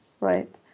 right